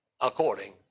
According